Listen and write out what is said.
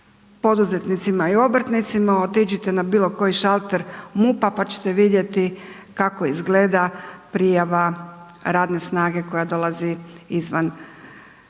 poduzetnicima i obrtnicima, otiđite na bilo koji šalter MUP-a pa ćete vidjeti kako izgleda prijava radne snage koja dolazi izvan, izvan